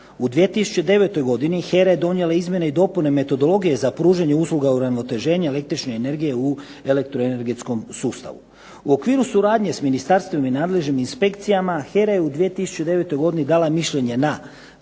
U 2009. godini HERA je donijela izmjene i dopune metodologije za pružanje usluga uravnoteženja električne energije u elektroenergetskom sustavu. U okviru suradnje sa ministarstvima i nadležnim inspekcijama HERA je u 2009. godini dala mišljenje na